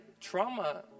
trauma